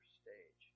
stage